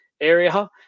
area